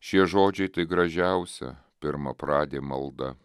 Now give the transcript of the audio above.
šie žodžiai tai gražiausia pirmapradė malda